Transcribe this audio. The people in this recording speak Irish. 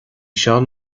seán